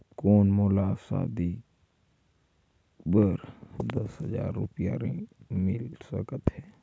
कौन मोला शादी बर दस हजार रुपिया ऋण मिल सकत है?